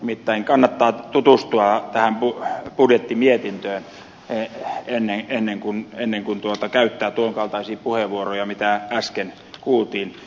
nimittäin kannattaa tutustua tähän budjettimietintöön ennen kuin käyttää tuon kaltaisia puheenvuoroja mitä äsken kuultiin